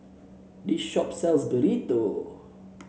this shop sells Burrito